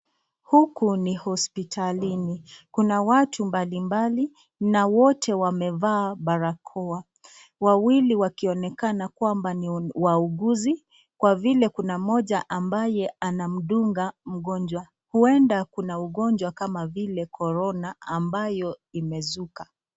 Huku ni hospitalini kuna watu mbali na wote wamevaa barakoa wawili wakionekana kwamba ni wauguzi kwa vile kuna mmoja ambaye anamdunga mgonjwa, huenda kuna ugonjwa kama vile Corona ambayo imezuka.